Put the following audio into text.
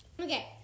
Okay